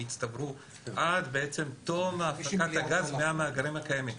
סכומים שיצטברו עד תום הפקת הגז מהמאגרים הקיימים.